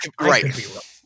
right